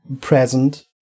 present